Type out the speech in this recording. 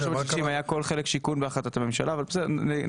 330 היה כל חלק השיכון בהחלטת הממשלה, אבל בסדר.